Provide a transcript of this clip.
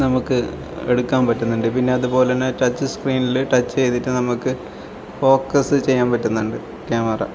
നമുക്ക് എടുക്കാൻ പറ്റുന്നുണ്ട് പിന്നെ അതുപോലന്നെ ടച്ച് സ്ക്രീനില് ടച്ച് ചെയ്തിട്ട് നമുക്ക് ഫോക്കസ് ചെയ്യാൻ പറ്റുന്നുണ്ട് ക്യാമറ